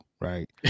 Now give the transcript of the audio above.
right